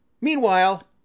Meanwhile